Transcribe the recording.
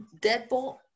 deadbolt